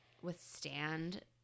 withstand